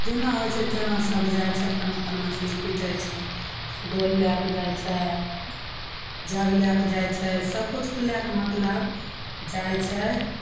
जेना होइ छै तेना सब जाइ छै अपन अपन मछली पीटय छै दोल लएके जाइ छै जग लएके जाइ छै सबकिछु लएके मतलब जाइ छै